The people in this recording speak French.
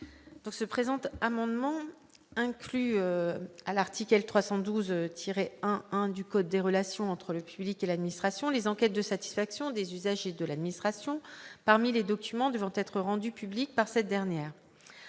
Le présent amendement inclut à l'article L. 312-1-1 du code des relations entre le public et l'administration les enquêtes de satisfaction des usagers de l'administration parmi les documents devant être rendus publics par cette dernière.